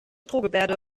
drohgebärde